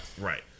right